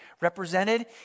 represented